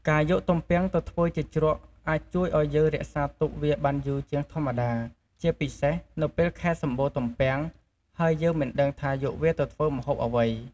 ការយកទំពាំងទៅធ្វើជាជ្រក់អាចជួយឱ្យយើងរក្សាទុកវាបានយូរជាងធម្មតា ជាពិសេស នៅពេលខែសម្បូរទំពាំង ហើយយើងមិនដឹងថាយកវាទៅធ្វើម្ហូបអ្វី។